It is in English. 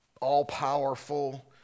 all-powerful